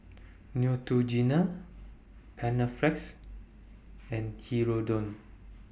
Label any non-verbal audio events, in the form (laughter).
Neutrogena Panaflex and Hirudoid (noise)